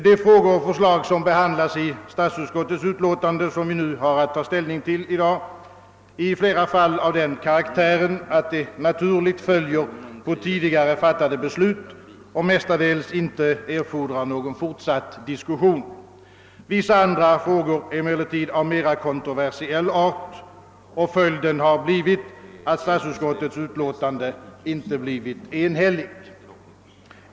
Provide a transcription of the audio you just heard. De frågor och förslag som behandlas i det utlåtande från statsutskottet som vi har att ta ställning till i dag är i flera fall av den karaktären, att de naturligen följer på tidigare fattade beslut och mestadels inte erfordrar någon fortsatt diskussion. Vissa andra frågor är emellertid av mer kontroversiell art, och följden har blivit att statsutskottets utlåtande inte blivit enhälligt.